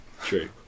true